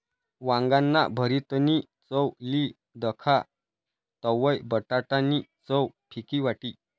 वांगाना भरीतनी चव ली दखा तवयं बटाटा नी चव फिकी वाटी